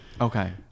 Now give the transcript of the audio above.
Okay